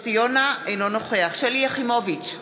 אינו נוכח שלי יחימוביץ,